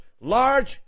large